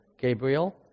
Gabriel